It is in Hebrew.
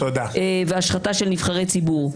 והשחתה של נבחרי ציבור.